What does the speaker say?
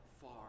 far